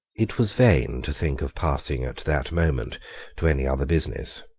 it was vain to think of passing at that moment to any other business.